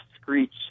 screech